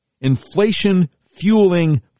inflation-fueling